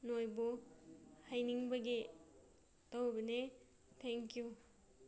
ꯅꯣꯏꯕꯨ ꯍꯥꯏꯅꯤꯡꯕꯒꯤ ꯇꯧꯕꯅꯦ ꯊꯦꯡꯀꯤꯌꯨ